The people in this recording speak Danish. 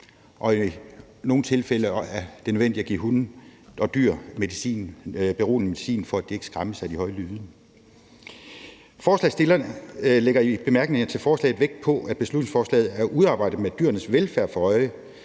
og i nogle tilfælde er det nødvendigt at give hunde og andre dyr beroligende medicin, for at de ikke skræmmes af de høje lyde. Forslagsstillerne lægger i bemærkningerne til forslaget vægt på, at beslutningsforslaget er udarbejdet med dyrenes velfærd for øje,